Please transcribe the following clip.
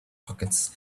pockets